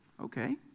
okay